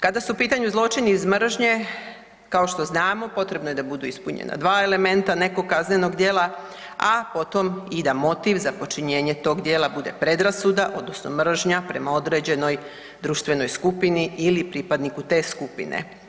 Kada su u pitanju zločini iz mržnje kao što znamo potrebno je da budu ispunjena dva elementa nekog kaznenog djela, a potom i da motiv za počinjenje tog djela bude predrasuda odnosno mržnja prema određenoj društvenoj skupini ili pripadniku te skupine.